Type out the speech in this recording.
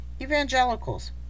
evangelicals